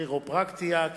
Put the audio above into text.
כירופרקטיקה ואוסטיאופתיה,